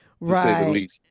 Right